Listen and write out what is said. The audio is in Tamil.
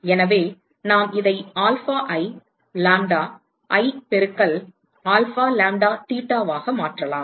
எனவே நாம் இதை ஆல்பா I லாம்ப்டா i பெருக்கல் ஆல்பா லாம்ப்டா தீட்டாவாக மாற்றலாம்